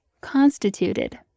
constituted